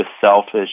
selfish